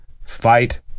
Fight